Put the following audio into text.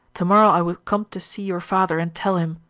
to-morrow i will come to see your father and tell him.